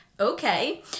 Okay